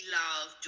love